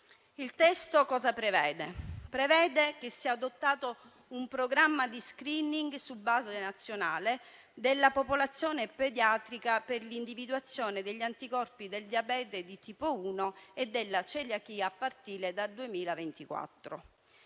esame prevede che sia adottato un programma di *screening* su base nazionale della popolazione pediatrica per l'individuazione degli anticorpi del diabete di tipo 1 e della celiachia, a partire dal 2024.